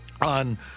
on